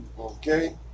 okay